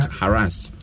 harassed